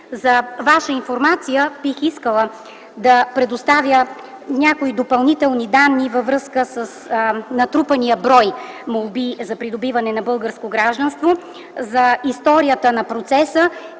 За ваша информация бих искала да предоставя някои допълнителни данни във връзка с натрупания брой молби за придобиване на българско гражданство, за историята на процеса,